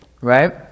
right